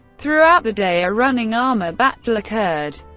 throughout the day a running armour battle occurred,